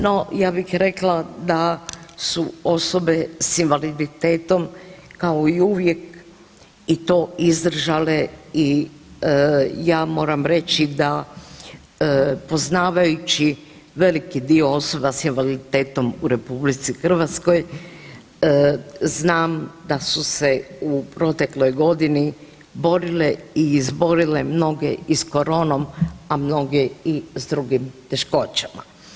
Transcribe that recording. No, ja bih rekla da su osobe s invaliditetom kao i uvijek i to izdržale i ja moram reći poznavajući veliki dio osoba s invaliditetom u RH znam da su se u protekloj godini borile i izborile mnoge i s koronom, a mnoge i s drugim teškoćama.